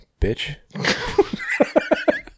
bitch